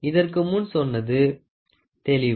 இதற்கு முன் சொன்னது தெளிவு